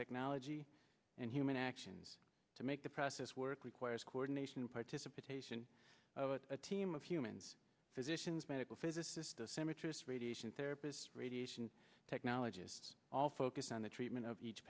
technology and human actions to make the process work requires coordination participation of a team of humans physicians medical physicist symmetrix radiation therapist radiation technologists all focused on the treatment of each